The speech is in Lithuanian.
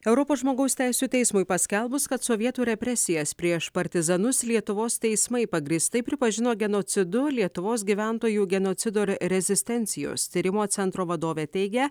europos žmogaus teisių teismui paskelbus kad sovietų represijas prieš partizanus lietuvos teismai pagrįstai pripažino genocidu lietuvos gyventojų genocido rezistencijos tyrimo centro vadovė teigia